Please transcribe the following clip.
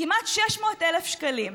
כמעט 600,000 שקלים.